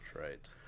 right